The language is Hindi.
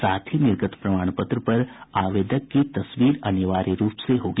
साथ ही निर्गत प्रमाण पत्र पर आवेदक की तस्वीर अनिवार्य रूप से होगी